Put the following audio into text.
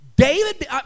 David